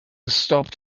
stopped